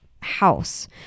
house